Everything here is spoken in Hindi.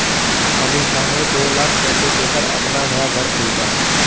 अमीषा ने दो लाख पैसे देकर अपना नया घर खरीदा